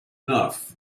enough